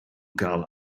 cael